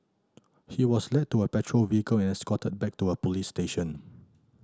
he was led to a patrol vehicle and escorted back to a police station